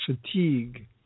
fatigue